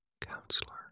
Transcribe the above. counselor